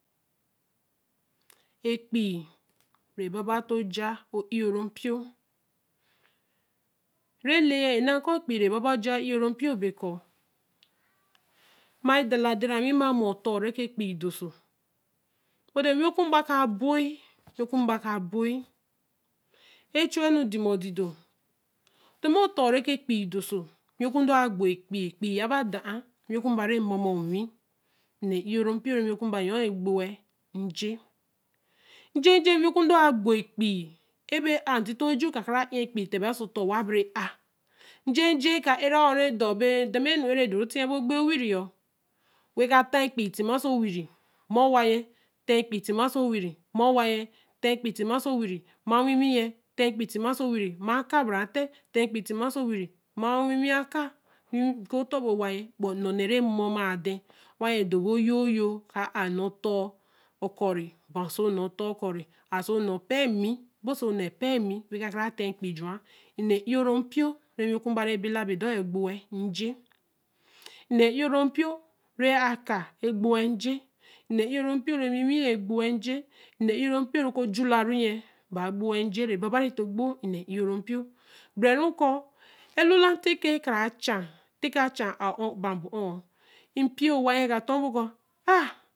epeii re baba too ja o ē ōro npio re nee ya na koo epeii re baba ja e oro npio be kōo mare dalah wei ma mo oton re ke epeii dor so buti owi ku mba kāa boyim owi ka mba ka boyin echu wa nu do ma di do, ti ma ton re epeii ya be owi ku mba ree mama owi nee ē ō ro npio re owi ku mba yo egbo wel nje njeje owi ku do a gbo epeii ebe a ntito ju eka kara yiin epeii tet bel oso otor wa bere ar njeje ka era wore ke dor be ihan ma nu era nni be ti ee be ekpe wire wen ka ta epeii tima oso wire ma owa ye ta epeii tima oso wire ma ewiei tea ta epeii tima osa wire ma aka ba ra atte ta epeii tima oso wire ma e wiiwi aka oku dor bi waya ē nno nēe rēe mo māa e lhan wen yen do bo yoo yoo ka a nee ton cure ka ba so nee tor cure aso nee pee mimi ba so nee pee mmi wen ka kara ta epeii ju wa nee e oro npio re owi kumba re be la bo dor egbo eje nee e oro npio re aka egbo we-l eje nēe ē ōro npio re ewiiwi yen egbo we-l eje nee e-oro npio ree ajula ru yen bāa gbowe-l eje re baba re egbo e nēe ē oro npio gbere ru koo a lu la tekara cha ō or ba ō oor npio owa ya ka dor bo kōo aa